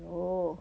orh